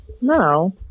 No